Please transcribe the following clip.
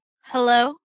hello